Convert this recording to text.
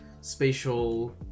spatial